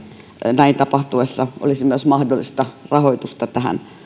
näin tapahtuessa olisi mahdollista tähän